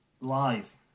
Live